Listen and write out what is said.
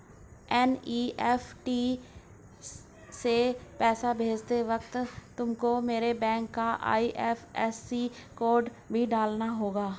NEFT से पैसा भेजते वक्त तुमको मेरे बैंक का आई.एफ.एस.सी कोड भी डालना होगा